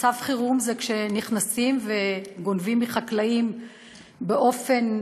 מצב חירום זה כשנכנסים וגונבים מחקלאים באופן